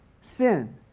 sin